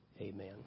amen